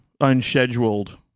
unscheduled